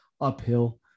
uphill